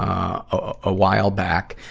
um a while back.